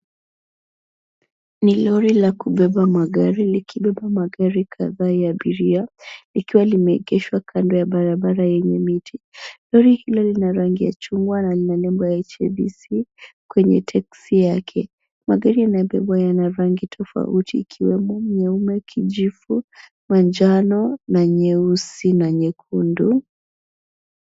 Ni lori la kubeba magari likibeba magari kadhaa ya abiria likiwa limeegeshwa kando ya barabara yenye miti. Lori hilo lina rangi ya chungwa na lina nembo ya HSBC kwenye teksi yake. Magari yanayobebwa yana rangi tofauti ikiwemo nyeupe, kijivu, manjano na nyeusi na nyekundu.